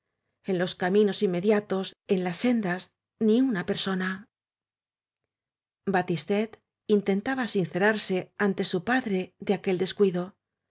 en los caminos inmediatos en las sendas ni una persona batistet intentaba sincerarse ante su de padre aquel descuido